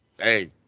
Hey